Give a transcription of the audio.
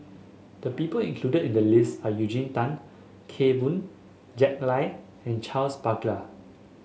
the people included in the list are Eugene Tan Kheng Boon Jack Lai and Charles Paglar